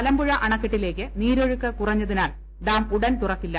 മലമ്പുഴ അണക്കെട്ടിലേക്ക് നീരൊക്ക് കുറഞ്ഞതിനാൽ ഡാം ഉടൻ തുറക്കില്ല